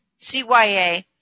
CYA